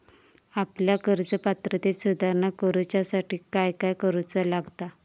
आपल्या कर्ज पात्रतेत सुधारणा करुच्यासाठी काय काय करूचा लागता?